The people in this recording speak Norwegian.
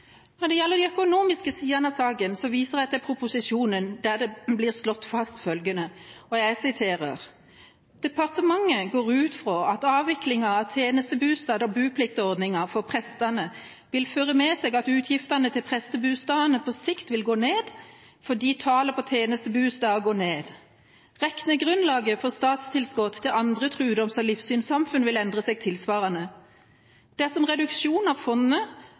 Når det gjelder de økonomiske sidene av saken, viser jeg til proposisjonen, der blir slått fast følgende: «Departementet går ut frå at avviklinga av tenestebustad- og bupliktordninga for prestane vil føre med seg at utgiftene til prestebustadene på sikt vil gå ned, fordi talet på tenestebustader går ned. Reknegrunnlaget for statstilskottet til andre trudoms- og livssynssamfunn vil endre seg tilsvarande. Dersom reduksjonen av fondet